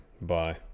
Bye